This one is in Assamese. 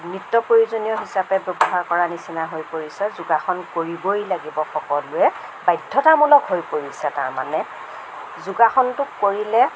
নিত্য় প্ৰয়োজনীয় হিচাপে ব্য়ৱহাৰ কৰাৰ নিচিনা হৈ পৰিছে যোগাসন কৰিবই লাগিব সকলোৱে বাধ্য়তামূলক হৈ পৰিছে তাৰমানে যোগাসনটো কৰিলে